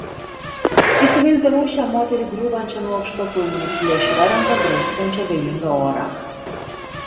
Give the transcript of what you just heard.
įsivaizdavau šią moterį griūvančią nuo aukštakulnių plėšria ranka graibstančią abejingą orą